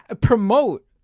promote